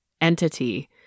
entity